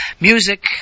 Music